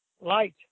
light